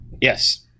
Yes